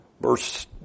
Verse